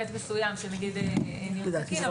בהיבט מסוים אני יודעת שכן מתייחסים לזה כתמיכה,